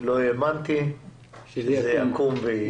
לא האמנתי שזה יקום ויהיה.